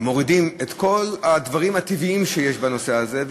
ומורידים את כל הדברים הטבעיים שיש בנושא הזה.